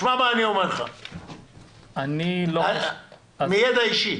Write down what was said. שמע מה אני אומר לך מידע אישי.